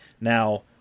Now